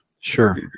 Sure